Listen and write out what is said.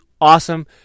Awesome